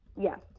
Yes